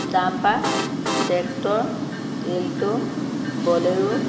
dumper tractor alto bolero